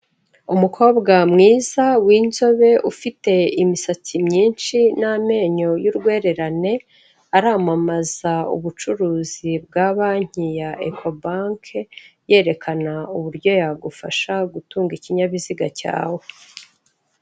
Umukobwa mwiza w'inzobe ufite imisatsi myinshi n'amenyo y'urwererane arampamaza ubucuruzi bwa banki ya Ekobanki yerekana uburyo yagufasha gutunga ikinyabiziga cyawe.